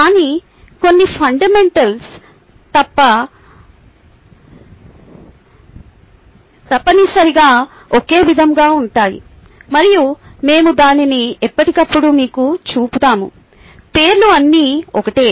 కానీ కొన్ని ఫండమెంటల్స్ తప్పనిసరిగా ఒకే విధంగా ఉంటాయి మరియు మేము దానిని ఎప్పటికప్పుడు మీకు చూపుతాము పేర్లు అన్నీ ఒకటే